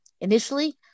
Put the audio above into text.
initially